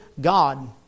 God